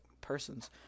persons